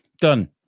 done